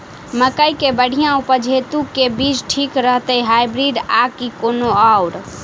मकई केँ बढ़िया उपज हेतु केँ बीज ठीक रहतै, हाइब्रिड आ की कोनो आओर?